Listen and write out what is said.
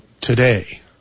today